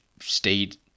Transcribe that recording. stayed